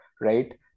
right